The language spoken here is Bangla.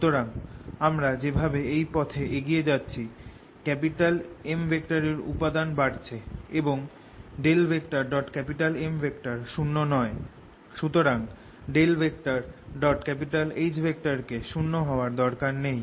সুতরাং আমরা যেভাবে এই পথে এগিয়ে যাচ্ছি M এর উপাদান বাড়ছে এবং M শূন্য নয় সুতরাং H কে শূন্য হওয়ার দরকার নেই